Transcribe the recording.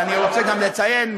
ואני רוצה גם לציין,